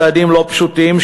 צעדים לא פשוטים,